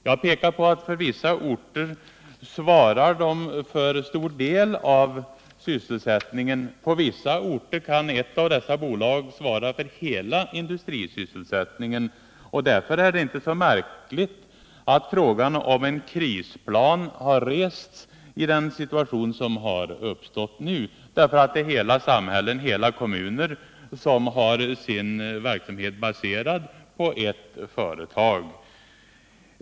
Jag har pekat på att de på vissa orter svarar för en stor del av sysselsättningen, och på andra orter kan de svara för hela industrisysselsättningen. Eftersom hela samhällen och kommuner kan ha sin verksamhet baserad på ett enda företag, är det inte så märkligt att frågan om en krisplan har rests i samband med den situation som nu har uppstått.